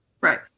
right